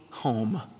Home